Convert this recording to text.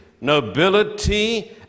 nobility